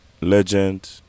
legend